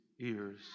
ears